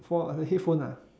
for the headphone ah